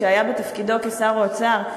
כשהיה בתפקידו כשר האוצר,